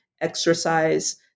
exercise